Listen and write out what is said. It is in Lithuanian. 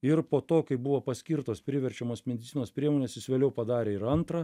ir po to kai buvo paskirtos priverčiamos medicinos priemonės jis vėliau padarė ir antrą